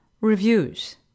reviews